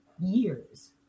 years